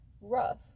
rough